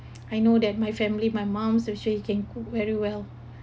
I know that my family my mom's especially she can cook very well